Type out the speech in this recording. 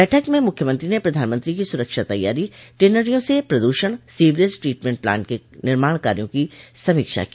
बैठक में मुख्यमंत्री ने प्रधानमंत्री की सुरक्षा तैयारी टेनरियों से प्रदूषण सीवरेज ट्रीटमेंट प्लांट के निर्माण कार्यो की समीक्षा की